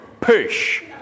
push